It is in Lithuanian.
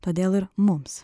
todėl ir mums